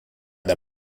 der